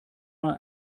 mal